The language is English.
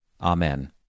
Amen